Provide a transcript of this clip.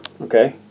okay